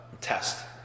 test